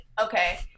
Okay